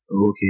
okay